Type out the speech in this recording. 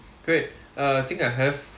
great uh I think I have